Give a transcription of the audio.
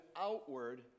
outward